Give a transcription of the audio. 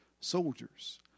soldiers